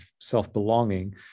self-belonging